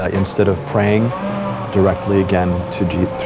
ah instead of praying directly, again, to jesus,